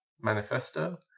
manifesto